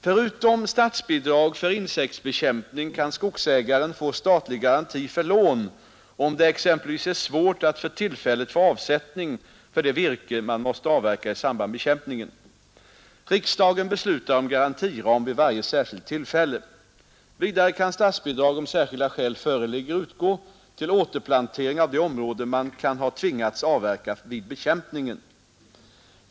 Förutom statsbidrag för insektsbekämpning kan skogsägaren få statlig garanti för lån, om det exempelvis är svårt att för tillfället få avsättning för det virke man måste avverka i samband med bekämpningen. Riksdagen beslutar om garantiram vid varje särskilt tillfälle. Vidare kan statsbidrag, om särskilda skäl föreligger, utgå till återplantering av det område man kan ha tvingats avverka vid bekämpningen.